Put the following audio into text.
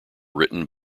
written